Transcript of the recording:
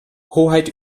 hoheit